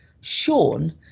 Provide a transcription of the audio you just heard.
Sean